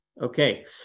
Okay